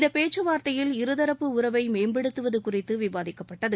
இந்த பேச்சு வார்த்தையில் இருதரப்பு உறவை மேம்படுத்துவதை குறித்து விவாதிக்கப்பட்டது